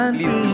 Please